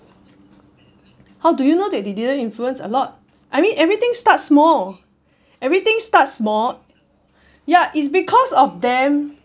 how do you know that they didn't influence a lot I mean everything starts small everything starts small ya it's because of them